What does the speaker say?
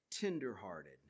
tenderhearted